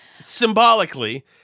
symbolically